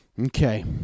Okay